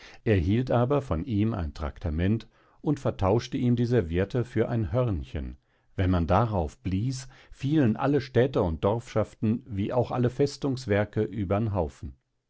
erhielt aber von ihm ein tractament und vertauschte ihm die serviette für ein hörnchen wenn man darauf blies fielen alle städte und dorfschaften wie auch alle festungswerke übern haufen